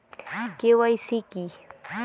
KYC কী?